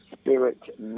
Spirit